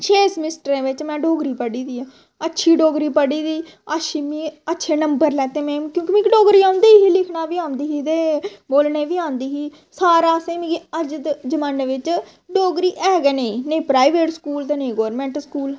छे समिस्टरें बिच्च में डोगरी पढ़ी दी ऐ अच्छी डोगरी पढ़ी दी अच्छे नंबर लैते में क्योंकि मिगी डोगरी औंदी ही लिखना बी औंदी ही ते बोलने बी औंदी ही सारा मिगी अज्ज दे जमाने बिच्च डोगरी है गै नेईं नेईं प्राईवेट स्कूल ते नेईं गौरमैंट स्कूल